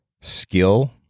skill